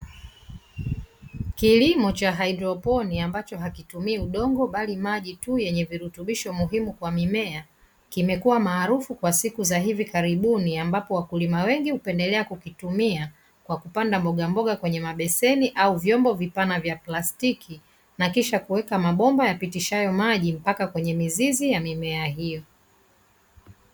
Kilimo cha haidroponi, ambacho hakitumii udongo bali maji tu yenye virutubisho muhimu kwa mimea, kimekuwa maarufu kwa siku za hivi karibuni ambapo wakulima wengi hupendelea kukitumia kwa kupanda mbogamboga kwenye mabeseni au vyombo vipana vya plastiki na kisha kuweka mabomba yapitishayo maji mpaka kwenye mizizi ya mimea hiyo.